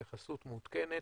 התייחסות מעודכנת,